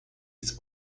his